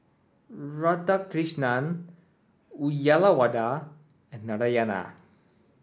Radhakrishnan Uyyalawada and Narayana